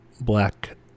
black